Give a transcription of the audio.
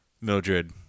Mildred